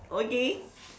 okay